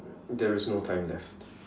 there is no time left